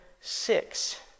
six